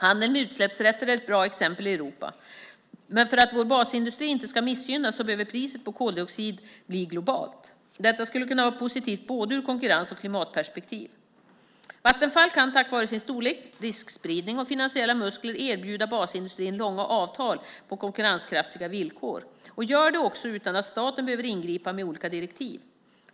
Handeln med utsläppsrätter är ett bra exempel i Europa, men för att vår basindustri inte ska missgynnas behöver priset på koldioxid bli globalt. Detta skulle vara positivt ur både konkurrens och klimatperspektiv. Vattenfall kan tack vare storlek, riskspridning och finansiella muskler erbjuda basindustrin långa avtal på konkurrenskraftiga villkor och gör det också utan att staten behöver ingripa med olika direktiv.